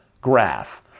graph